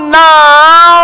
now